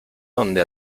donde